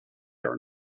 are